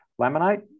laminate